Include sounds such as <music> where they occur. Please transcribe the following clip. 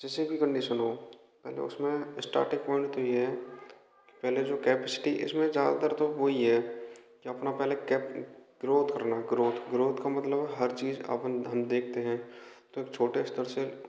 जैसी भी कंडीशन हो मैंने उसमें स्टार्टिंग पॉइंट तो ये है पहले कैपिसिटी इसमें ज्यदातर तो यही है कि अपना पहले <unintelligible> ग्रोथ करना है ग्रोथ का मतलब है हर चीज अपने हम देखते हैं तो एक छोटे स्तर से